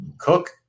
Cook